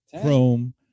chrome